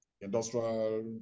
Industrial